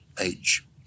age